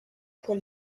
pour